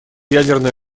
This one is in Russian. ядерную